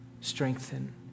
Strengthen